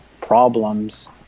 problems